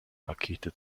pakete